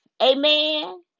Amen